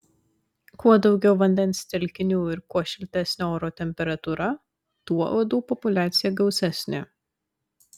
kuo daugiau vandens telkinių ir kuo šiltesnė oro temperatūra tuo uodų populiacija gausesnė